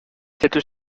cette